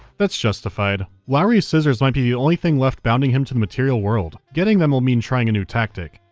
that's justified. lowry's scissors might be the only thing left bounding him to material world. getting them will mean trying a new tactic.